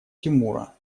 тимура